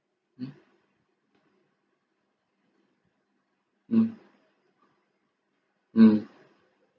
mm mm mm